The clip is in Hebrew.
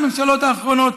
הממשלות האחרונות,